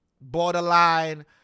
Borderline